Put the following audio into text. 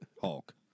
Hulk